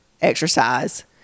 exercise